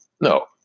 No